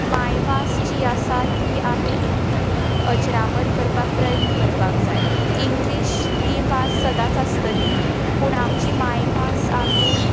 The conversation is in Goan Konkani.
मायभास जी आसा ती आमी अजरामरक करपाक प्रयत्न करपाक जाय इंग्लीश ही भास सदांच आसतली पूण आमची मायभास आमी